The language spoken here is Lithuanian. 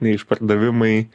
ne išpardavimai